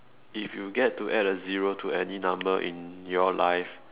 if you get to add a zero to any number in your life